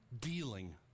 Dealing